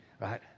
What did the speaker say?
Right